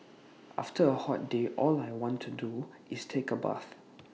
after A hot day all I want to do is take A bath